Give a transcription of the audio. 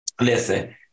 Listen